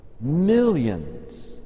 millions